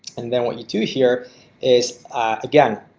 and then what you do here is again